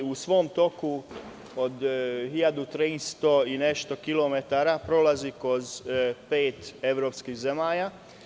U svom toku od 1300 i nešto kilometara prolazi kroz pet evropskih zemalja.